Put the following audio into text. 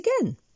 again